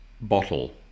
bottle